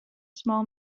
small